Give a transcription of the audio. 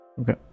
Okay